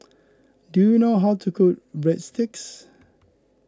do you know how to cook Breadsticks